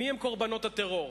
מיהם קורבנות הטרור,